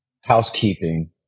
housekeeping